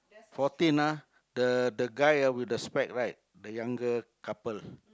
fourteen ah the the guy ah with the spec right the younger couple